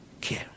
care